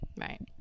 Right